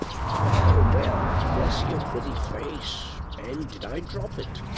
well, well, bless your pretty face, and did i drop it?